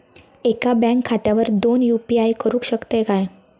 एका बँक खात्यावर दोन यू.पी.आय करुक शकतय काय?